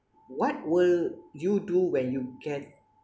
what will you do when you get